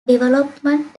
development